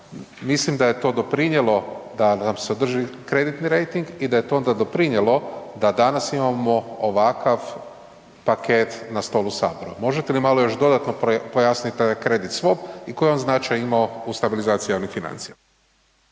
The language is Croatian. mislim da je to doprinijelo da nam se održi kreditni rejting i da je to onda doprinijelo da danas imamo ovakav paket na stolu Sabora. Možete li još malo pojasniti ovaj kredit swap i koji je on značaj imao u stabilizaciji javnih financija?